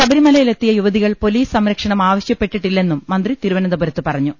ശബരിമലയിലെത്തിയ യുവതികൾ പൊലീസ് സംരക്ഷണം ആവ ശ്യപ്പെട്ടിട്ടില്ലെന്നും മന്ത്രി തിരുവനന്തപുരത്ത് പറഞ്ഞു